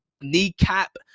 kneecap